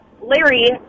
Larry